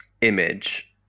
image